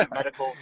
medical